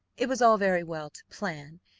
it was all very well to plan,